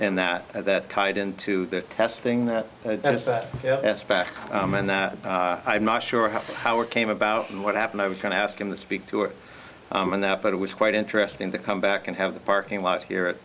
and that that tied into the testing that spec and that i'm not sure how it came about and what happened i was going to ask him to speak to it and that but it was quite interesting to come back and have the parking lot here